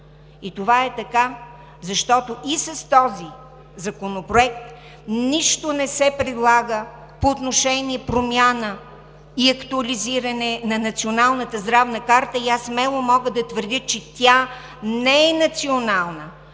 Това е така, защото и с този законопроект нищо не се предлага по отношение промяна и актуализиране на националната здравна карта. Аз смело мога да твърдя, че тя не е национална,